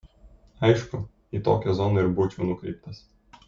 aišku į tokią zoną ir būčiau nukreiptas